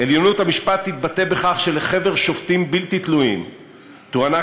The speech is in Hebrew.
"עליונות המשפט תתבטא בכך שלחבר שופטים בלתי תלויים תוענק